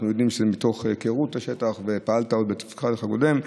אנחנו יודעים שזה מתוך היכרות עם השטח ופעלת עוד בתפקידך הקודם.